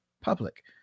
Public